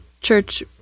church